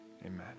amen